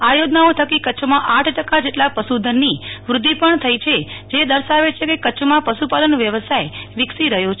આ યોજનાઓ થકી કચ્છમાં આઠ ટકા જેટલા પશુધનની વૃદ્ધિ પણ થઇ છે જે દર્શાવે છે કે કચ્છમાં પશુપાલન વ્યવસાય વિકસી રહ્યો છે